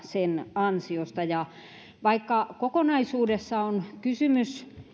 sen ansiosta vaikka kokonaisuudessa on kysymys